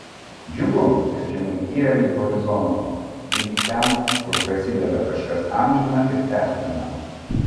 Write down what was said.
džiugu kad žemaitija lig horizonto ligi ten kur prasideda kažkas amžina ir tęstina